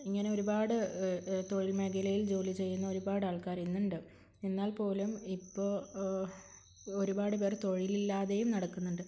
ഇങ്ങനെ ഒരുപാട് തൊഴിൽ മേഖലയിൽ ജോലി ചെയ്യുന്നൊരുപാട് ആൾക്കാര് ഇന്നുണ്ട് എന്നാൽ പോലും ഇപ്പോള് ഒരുപാട് പേർ തൊഴിലില്ലാതെയും നടക്കുന്നുണ്ട്